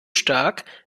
stark